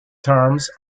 terms